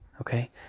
okay